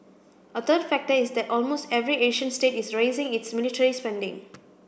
a third factor is that almost every Asian state is raising its military spending